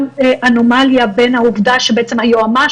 יש גם אנומליה בין העובדה שבעצם היועמ"ש